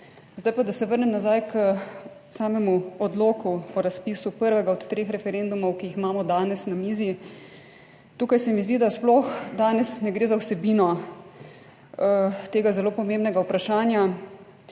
Zdaj pa, da se vrnem nazaj k samemu odloku o razpisu prvega od treh referendumov, ki jih imamo danes na mizi. Tukaj se mi zdi, da sploh danes ne gre za vsebino tega zelo pomembnega vprašanja.